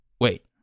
wait